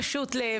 מנגנון הכי פשוט.